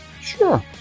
Sure